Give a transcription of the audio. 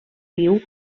viu